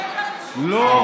חייבים, לא, למשותפת.